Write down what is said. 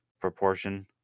proportion